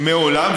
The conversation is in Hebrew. מעולם,